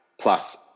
plus